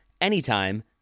anytime